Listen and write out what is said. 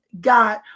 God